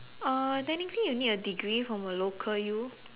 uh technically you need a degree from a local U